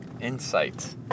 insight